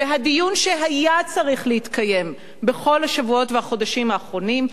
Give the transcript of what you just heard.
והדיון שהיה צריך להתקיים בכל השבועות והחודשים האחרונים,